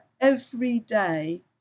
everyday